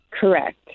Correct